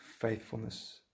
faithfulness